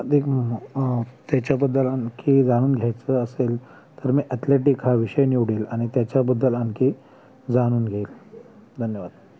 अधिक तेच्याबद्दल आणखी जाणून घ्यायचं असेल तर मी ॲथलॅटिक हा विषय निवडील आणि त्याच्याबद्दल आणखी जाणून घेईल धन्यवाद